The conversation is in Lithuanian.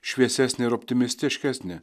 šviesesnė optimistiškesnė